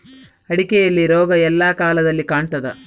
ಅಡಿಕೆಯಲ್ಲಿ ರೋಗ ಎಲ್ಲಾ ಕಾಲದಲ್ಲಿ ಕಾಣ್ತದ?